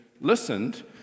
listened